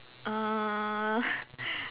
uh